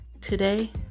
Today